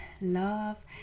love